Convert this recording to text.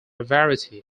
variety